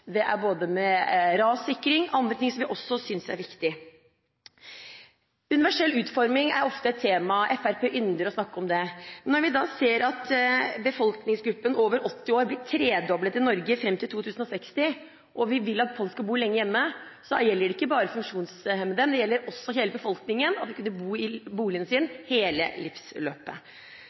Det gjelder både med transport, rassikring og andre ting vi synes er viktig. Universell utforming er ofte et tema. Fremskrittspartiet ynder å snakke om det. Når vi ser at befolkningsgruppen over 80 år blir tredoblet i Norge fram til 2060, og vi vil at folk skal bo lenge hjemme, så gjelder det ikke bare funksjonshemmede, men hele befolkningen – man skal kunne bo i boligen sin hele livsløpet.